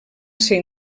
ser